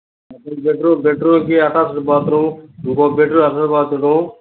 double bedroom బెడ్రూమ్కి attached bathroom ఇంకో bedroom attached bathroom